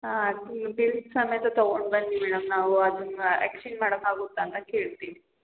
ಹಾಂ ಹಾಕೀ ಬಿಲ್ ಸಮೇತ ತಗೊಂಡು ಬನ್ನಿ ಮೇಡಮ್ ನಾವೂ ಅದನ್ನು ಎಕ್ಸ್ಚೇಂಜ್ ಮಾಡೋಕಾಗುತ್ತ ಅಂತ ಕೇಳ್ತಿವಿ